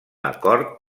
acord